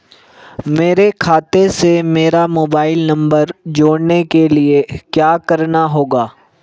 मेरे खाते से मेरा मोबाइल नम्बर जोड़ने के लिये क्या करना होगा?